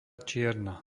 čierna